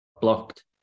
blocked